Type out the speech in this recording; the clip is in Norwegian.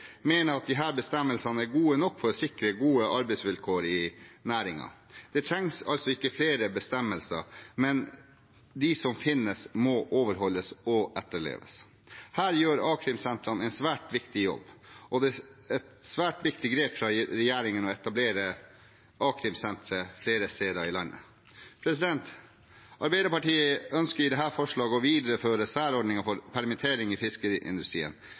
mener at disse bestemmelsene er gode nok for å sikre gode arbeidsvilkår i næringen. Det trengs altså ikke flere bestemmelser, men de som finnes, må overholdes og etterleves. Her gjør a-krimsentrene en svært viktig jobb. Det var et svært viktig grep fra regjeringens side å etablere a-krimsentre flere steder i landet. Arbeiderpartiet ønsker i dette forslaget å videreføre særordningene for permittering i fiskeindustrien.